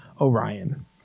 Orion